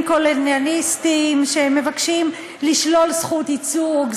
קולוניאליסטיים שמבקשים לשלול זכות ייצוג,